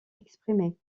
exprimés